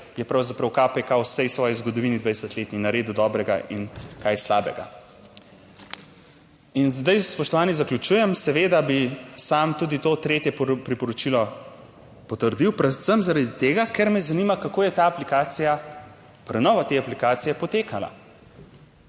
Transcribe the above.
je pravzaprav KPK v vsej svoji zgodovini 20 let naredil dobrega in kaj slabega. In zdaj, spoštovani, zaključujem. Seveda bi sam tudi to tretje priporočilo potrdil, predvsem zaradi tega, ker me zanima, kako je ta aplikacija, prenova te aplikacije potekala,